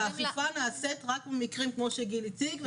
והאכיפה נעשית רק במקרים כמו שגיל הציג,